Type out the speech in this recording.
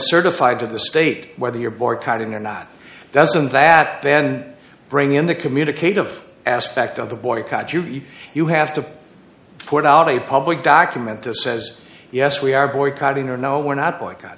certified to the state whether you're boycotting or not doesn't that then bring in the communicate of aspect of the boycott to you you have to put out a public document that says yes we are boycotting or now when